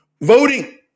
Voting